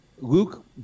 Luke